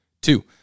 Two